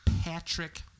Patrick